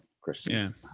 Christians